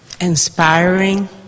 inspiring